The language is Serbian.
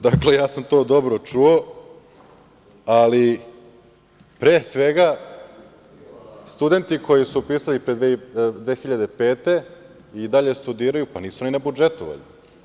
Dakle, ja sam to dobro čuo, ali pre svega studenti koji su upisali 2005. godine i dalje studiraju, pa nisu oni na budžetu valjda.